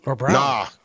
Nah